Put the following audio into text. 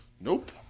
Nope